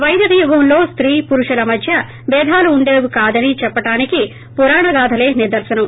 పైదిక యుగంలో స్తీ పురుషుల మధ్య బేధాలు ఉండేవి కాదని చెప్పడానికి పురాణగాధలే నిదర్పనం